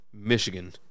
Michigan